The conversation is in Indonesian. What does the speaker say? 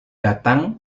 datang